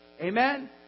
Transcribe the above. Amen